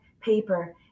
paper